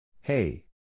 Hey